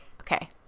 Okay